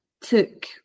took